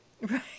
Right